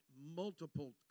multiple